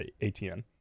ATN